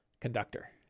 conductor